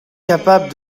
capable